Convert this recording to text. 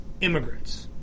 immigrants